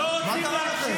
מה קרה לכם?